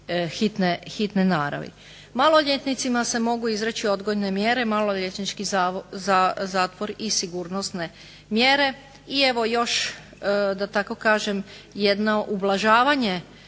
hitne naravi. Maloljetnicima se mogu izreći odgojne mjere, maloljetnički zatvor i sigurnosne mjere. I evo još da tako kažem jedno ublažavanje